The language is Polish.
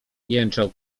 jęczał